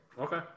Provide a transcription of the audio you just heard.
Okay